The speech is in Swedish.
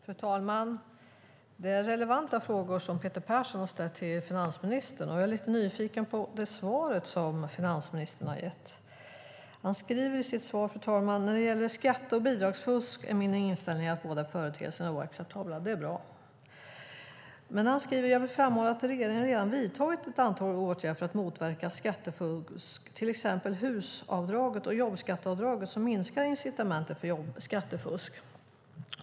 Fru talman! Det är relevanta frågor som Peter Persson har ställt till finansministern. Och jag är lite nyfiken på det svar som finansministern har gett. Han skriver i sitt svar, fru talman: "När det gäller skatte och bidragsfusk är min inställning att båda företeelserna är oacceptabla." Det är bra. Men sedan skriver han: "Jag vill framhålla att regeringen redan har vidtagit ett antal åtgärder för att motverka skattefusk, till exempel HUS-avdraget och jobbskatteavdraget som minskat incitamenten för skattefusk."